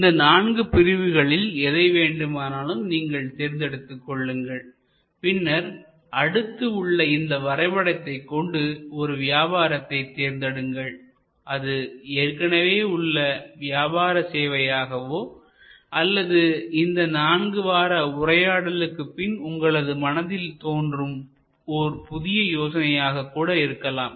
இந்த நான்கு பிரிவுகளில் எதை வேண்டுமானாலும் நீங்கள் தேர்ந்தெடுத்துக் கொள்ளுங்கள் பின்னர் அடுத்த உள்ள இந்த வரைபடத்தை கொண்டு ஒரு வியாபாரத்தை தேர்ந்தெடுங்கள் அது ஏற்கனவே உள்ள வியாபார சேவையாகவோ அல்லது இந்த நான்கு வார உரையாடலுக்குப் பின் உங்களது மனதில் தோன்றும் ஒரு புதிய யோசனையாக கூட இருக்கலாம்